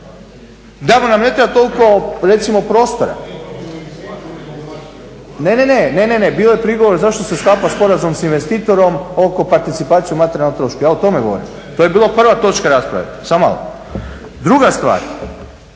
tamo nam ne treba recimo prostora. Ne, ne bilo je prigovora zašto se sklapa sporazum sa investitorom oko participacije u materijalnom trošku ja o tome govorim. To je bila prva točka rasprave, samo malo. Druga stvar,